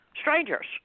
strangers